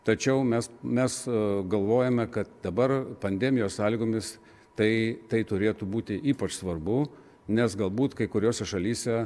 tačiau mes mes galvojame kad dabar pandemijos sąlygomis tai tai turėtų būti ypač svarbu nes galbūt kai kuriose šalyse